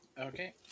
Okay